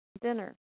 Dinner